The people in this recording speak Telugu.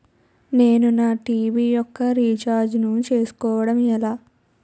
నేను నా టీ.వీ యెక్క రీఛార్జ్ ను చేసుకోవడం ఎలా?